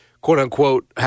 quote-unquote